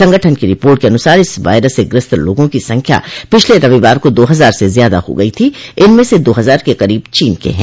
संगठन की रिपोर्ट के अनुसार इस वायरस से ग्रस्त लोगों की संख्या पिछले रविवार को दो हजार से ज्यादा हो गई थी इनमें से दो हजार के करीब चीन के हैं